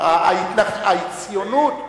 הציונות במקורה,